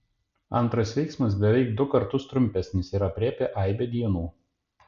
antras veiksmas beveik du kartus trumpesnis ir aprėpia aibę dienų